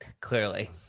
clearly